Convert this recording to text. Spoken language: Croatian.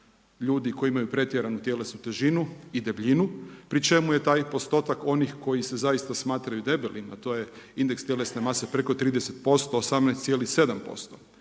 ljudi koji imaju pretjeranu tjelesnu težinu i debljinu pri čemu je taj postotak onih koji se zaista smatraju debelima, a to je indeks tjelesne mase preko 30%, 18,7%.